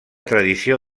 tradició